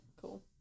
Cool